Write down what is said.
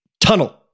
tunnel